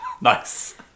Nice